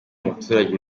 umuturage